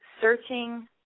searching